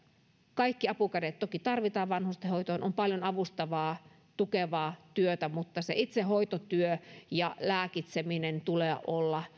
kaikki apukädet toki tarvitaan vanhustenhoitoon on paljon avustavaa tukevaa työtä mutta itse hoitotyön ja lääkitsemisen tulee olla